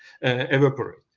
evaporate